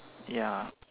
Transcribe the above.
ya